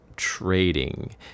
Trading